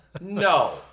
No